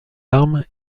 armes